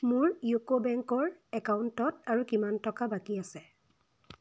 মোৰ ইউকো বেংকৰ একাউণ্টত আৰু কিমান টকা বাকী আছে